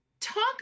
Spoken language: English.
talk